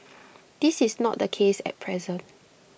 this is not the case at present